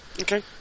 okay